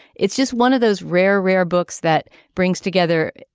it's just one of those rare rare books that brings together.